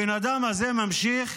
הבן אדם הזה ממשיך